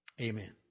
Amen